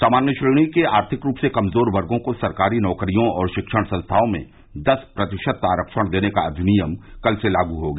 सामान्य श्रेणी के आर्थिक रूप से कमजोर वर्गो को सरकारी नौकरियों और शिक्षण संस्थाओं में दस प्रतिशत आरक्षण देने का अधिनियम कल से लागू हो गया